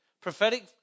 Prophetic